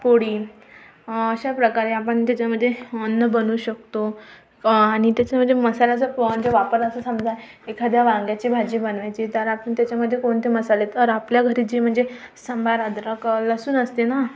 पोळी अशा प्रकारे आपण त्याच्यामध्ये अन्न बनवू शकतो आणि त्याचं म्हणजे मसाल्याचं प्रमाण जे वापर असतं समजा एखाद्या वांग्याची भाजी बनवायची तर आपण त्याच्यामध्ये कोणते मसाले तर आपल्या घरी जे म्हणजे सांबार अद्रक लसूण असते ना